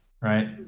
right